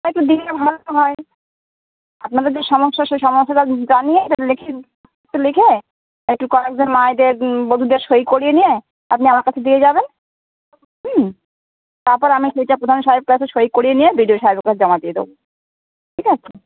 হ্যাঁ একটু দিলে ভালো তো হয় আপনাদের যে সমস্যা সে সমস্যাটা জানিয়ে লেখেন লিখে একটু কয়েকজন মায়েদের বধূদের সই করিয়ে নিয়ে আপনি আমার কাছে দিয়ে যাবেন হুম তারপর আমি সেটা প্রধান সাহেব কাছে সই করিয়ে নিয়ে বি ডি ও সাহেবের কাছে জমা দিয়ে দেবো ঠিক আছে